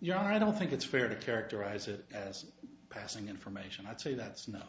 yeah i don't think it's fair to characterize it as passing information i'd say that snow